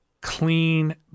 clean